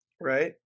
Right